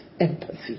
empathy